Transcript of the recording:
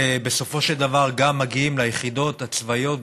ובסופו של דבר גם מגיעים ליחידות הצבאיות,